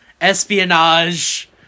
espionage